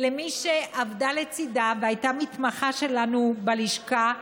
למי שעבדה לצידה והייתה מתמחה שלנו בלשכה,